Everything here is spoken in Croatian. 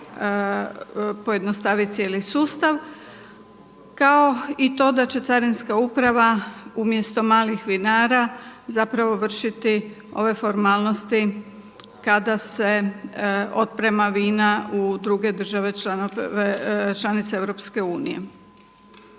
pojednostavi cijeli sustav. Kao i to da će carinska uprava umjesto malih vinara zapravo vršiti ove formalnosti kada se otprema vino u druge države članice EU.